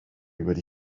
wedi